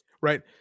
right